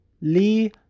Lee